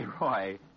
Roy